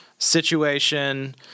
situation